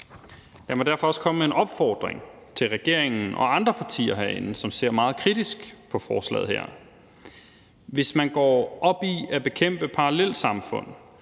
Lad mig derfor også komme med en opfordring til regeringen og andre partier herinde, som ser meget kritisk på forslaget her. Hvis man går op i at bekæmpe parallelsamfund